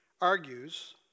argues